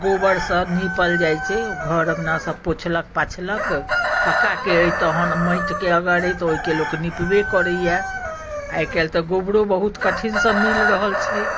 गोबरसँ नीपल जाइ छै घर अँगना सभ पोछलक पाछलक पक्काके अछि तखन माटिके अगर अछि तऽ ओहिके लोक नीपबे करैए आइ काल्हि तऽ गोबरो बहुत कठिनसँ मिल रहल छै